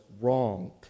wrong